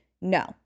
no